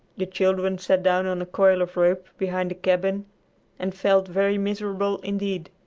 the children sat down on a coil of rope behind the cabin and felt very miserable indeed.